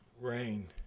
Rain